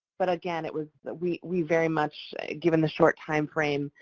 but again, it was we we very much, given the short timeframe,